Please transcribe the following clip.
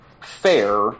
fair